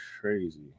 crazy